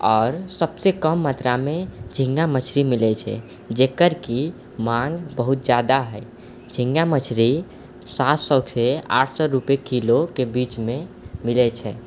आओर सबसँ कम मात्रामे झिङ्गा मछली मिलैत छै जेकर की माङ्ग बहुत जादा हइ झिङ्गा मछरी सात सए से आठ सए रूपए किलोके बीचमे मिलैत छै